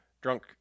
drunk